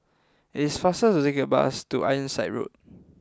it is faster to take the bus to Ironside Road